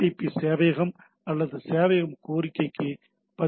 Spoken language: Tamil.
சேவையகம் அல்லது சேவையகம் கோரிக்கைக்கு பதிலளிக்கும்